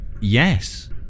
Yes